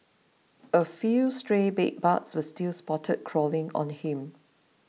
a few stray bedbugs were still spotted crawling on him